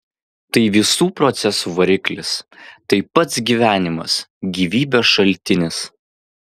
tai visų procesų variklis tai pats gyvenimas gyvybės šaltinis